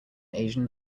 asian